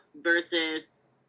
versus